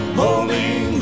holding